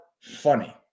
funny